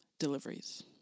deliveries